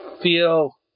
feel